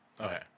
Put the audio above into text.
Okay